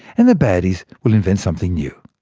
and the baddies will invent something new.